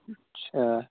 اچھا